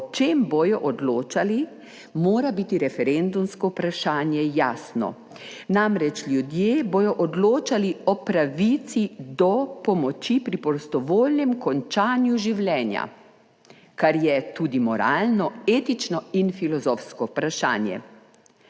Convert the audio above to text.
o čem bodo odločali, mora biti referendumsko vprašanje jasno. Namreč ljudje bodo odločali o pravici do pomoči pri prostovoljnem končanju življenja. Kar je tudi moralno, etično in filozofsko vprašanje.